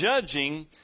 judging